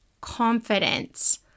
confidence